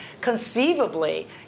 conceivably